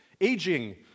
aging